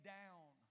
down